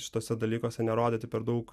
šituose dalykuose nerodyti per daug